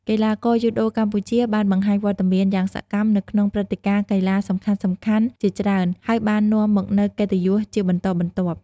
កីឡាករយូដូកម្ពុជាបានបង្ហាញវត្តមានយ៉ាងសកម្មនៅក្នុងព្រឹត្តិការណ៍កីឡាសំខាន់ៗជាច្រើន ហើយបាននាំមកនូវកិត្តិយសជាបន្តបន្ទាប់ ។